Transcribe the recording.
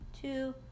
Two